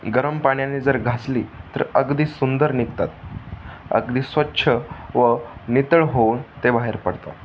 गरम पाण्याने जर घासली तर अगदी सुंदर निघतात अगदी स्वच्छ व नितळ होऊन ते बाहेर पडतात